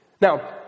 Now